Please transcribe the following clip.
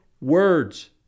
words